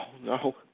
no